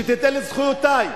שתיתן לי את זכויותי,